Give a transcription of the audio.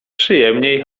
przyjemniej